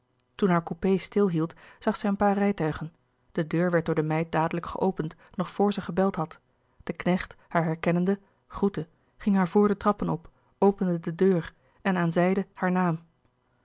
toen haar coupé stil hield zag zij een paar rijtuigen de deur werd door de meid dadelijk geopend nog vr zij gebeld had de knecht haar herkennende groette ging haar voor de trappen op opende de deur en aanzeide haar naam